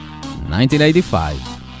1985